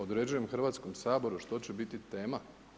Određujem Hrvatskom saboru što će biti tema.